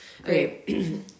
Okay